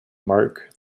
mark